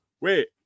wait